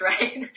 Right